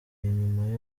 nyuma